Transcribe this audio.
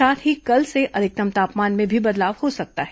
साथ ही कल से अधिकतम तापमान में भी बदलाव हो सकता है